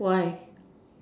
why